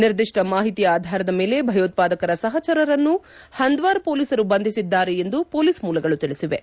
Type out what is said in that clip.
ನಿರ್ದಿಷ್ಷ ಮಾಹಿತಿ ಆಧಾರದ ಮೇಲೆ ಭಯೋತ್ವಾದಕರ ಸಹಚರರನ್ನು ಹಂದ್ವಾರ್ ಪೊಲೀಸರು ಬಂಧಿಸಿದ್ದಾರೆ ಎಂದು ಪೊಲೀಸ್ ಮೂಲಗಳು ತಿಳಿಸಿವೆ